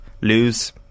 Lose